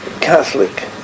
Catholic